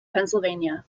pennsylvania